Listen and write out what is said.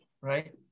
right